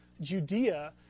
Judea